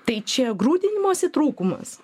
tai čia grūdinimosi trūkumas